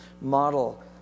model